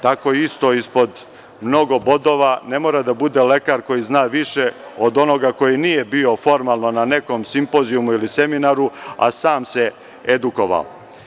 Tako isto, ispod mnogo bodova ne mora da bude lekar koji zna više od onoga koji nije bio formalno na nekom simpozijumu ili seminaru, a sam se edukovao.